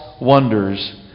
wonders